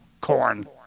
corn